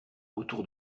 autour